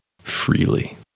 Freely